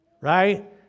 Right